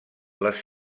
les